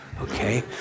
okay